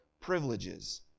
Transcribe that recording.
privileges